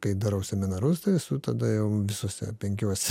kai darau seminarus tai esu tada jau visuose penkiuose